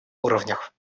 уровнях